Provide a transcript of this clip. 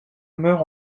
meurt